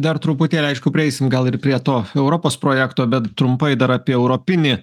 dar truputėlį aišku prieisim gal ir prie to europos projekto bet trumpai dar apie europinį